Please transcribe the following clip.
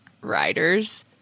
riders